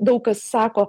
daug kas sako